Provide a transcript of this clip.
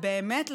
באמת,